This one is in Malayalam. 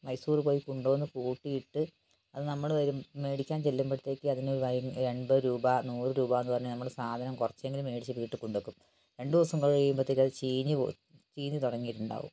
മൈസൂറ് പോയി കൊണ്ടുവന്ന് കൂട്ടിയിട്ട് അത് നമ്മള് വരും മേടിക്കാൻ ചെല്ലുമ്പോഴത്തേക്ക് അതിന് എൺപത് രൂപ നൂറ് രൂപയെന്ന് പറഞ്ഞാൽ നമ്മള് സാധനം കുറച്ചെങ്കിലും മേടിച്ച് വീട്ട് കൊണ്ടുവെക്കും രണ്ട് ദിവസം കഴിയുമ്പോഴത്തേക്കും അത് ചീഞ്ഞുപോയി ചീഞ്ഞ് തുടങ്ങിയിട്ടുണ്ടാകും